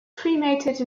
cremated